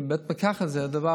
בית המרקחת זה המקום,